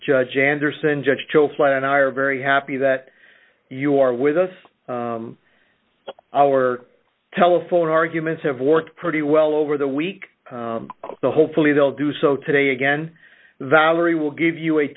judge anderson judge joe flat and i are very happy that you are with us our telephone arguments have worked pretty well over the week the hopefully they'll do so today again valerie will give you a